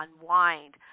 unwind